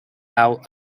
out